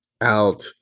out